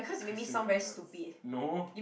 question your thoughts no